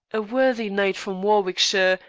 a worthy knight from warwickshire,